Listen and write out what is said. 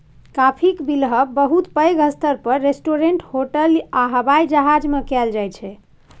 काफीक बिलहब बहुत पैघ स्तर पर रेस्टोरेंट, होटल आ हबाइ जहाज मे कएल जाइत छै